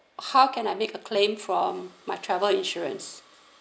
how can I make a claim from my travel insurance